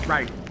Right